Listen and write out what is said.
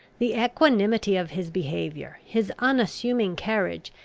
the equanimity of his behaviour, his unassuming carriage,